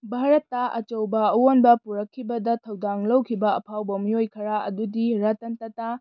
ꯚꯥꯔꯠꯇ ꯑꯆꯧꯕ ꯑꯑꯣꯟꯕ ꯄꯨꯔꯛꯈꯤꯕꯗ ꯊꯧꯗꯥꯡ ꯂꯧꯈꯤꯕ ꯑꯐꯥꯎꯕ ꯃꯤꯑꯣꯏ ꯈꯔ ꯑꯗꯨꯗꯤ ꯔꯇꯟ ꯇꯇꯥ